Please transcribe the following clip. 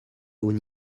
haut